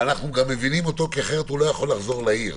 ואנחנו גם מבינים אותו אחרת הוא לא יכול לחזור לעיר.